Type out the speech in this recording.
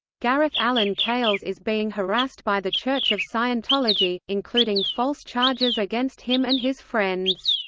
gareth alan cales is being harassed by the church of scientology, including false charges against him and his friends.